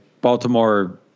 Baltimore